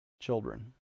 children